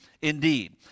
indeed